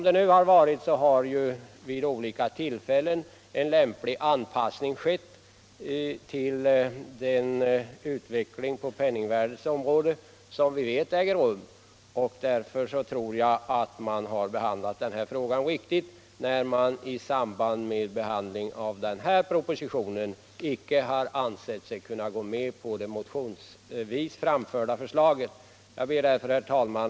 Det har ju vid olika tilllfällen skett en lämplig anpassning till den utveckling av penningvärdet som vi vet äger rum. Därför tror jag att denna fråga har behandlats riktigt, när man i samband med behandlingen av förevarande proposition inte har ansett sig kunna gå med på det motionsvis framförda förslaget. Herr talman!